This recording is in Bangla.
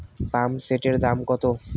পাম্পসেটের দাম কত?